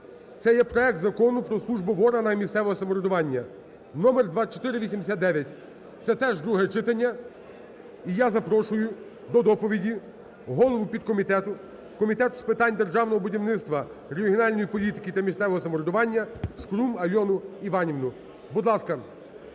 це є проект Закону про службу в органах місцевого самоврядування (№ 2489). Це теж друге читання. І я запрошую до доповіді голову підкомітету Комітету з питань державного будівництва, регіональної політики та місцевого самоврядування Шкрум Альону Іванівну. Будь ласка.